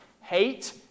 hate